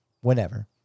whenever